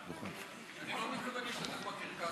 לא מתכוון להשתתף בקרקס הזה.